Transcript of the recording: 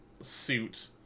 suit